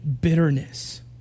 bitterness